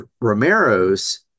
Romero's